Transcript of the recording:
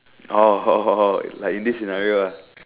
oh like in this scenario ah